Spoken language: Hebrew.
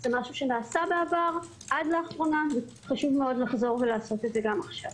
זה משהו שנעשה בעבר עד לאחרונה וחשוב מאוד לחזור ולעשות את זה גם עכשיו.